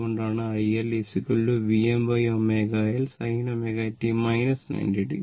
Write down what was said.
അതുകൊണ്ടാണ് iL Vmω L sin ω t 90o